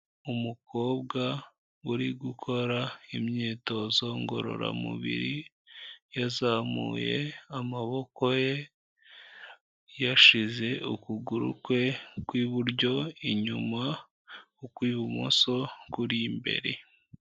Umukobwa uri gukora imyitozo ngororamubiri, yazamuye amaboko ye, yashize ukuguru kwe kw'iburyo inyuma, ukw'ibumoso kuri imbere.